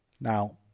Now